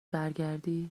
برگردی